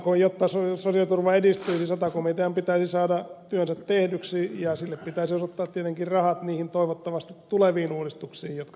jotta sosiaaliturva edistyisi sata komitean pitäisi saada työnsä tehdyksi ja sille pitäisi osoittaa tietenkin rahat niihin toivottavasti tuleviin uudistuksiin jotka tasa arvoa lisäävät